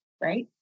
right